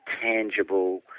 tangible